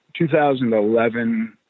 2011